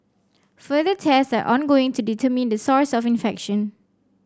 further test are ongoing to determine the source of infection